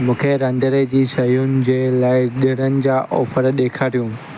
मूंखे रंधिणे जी शयुनि जे लाइ ॾिणनि जा ऑफर ॾेखारियो